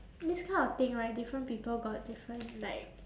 this kind of thing right different people got different like